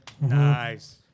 Nice